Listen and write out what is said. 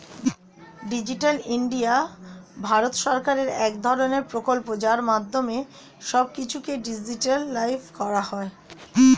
digital India ভারত সরকারের এক ধরণের প্রকল্প যার মাধ্যমে সব কিছুকে ডিজিটালাইসড করা হয়